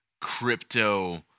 Crypto